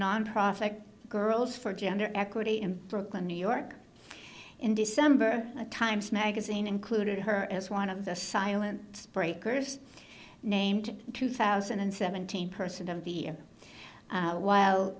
nonprofit girls for gender equity in brooklyn new york in december the times magazine included her as one of the silent breakers named two thousand and seventeen person of the while